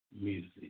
music